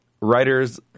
writers